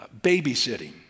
babysitting